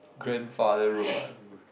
grandfather road lah you